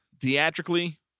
theatrically